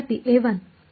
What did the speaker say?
a1